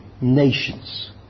nations